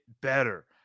better